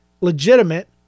legitimate